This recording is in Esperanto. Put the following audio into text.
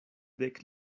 dek